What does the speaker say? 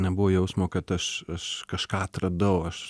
nebuvo jausmo kad aš aš kažką atradau aš